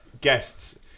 guests